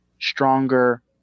stronger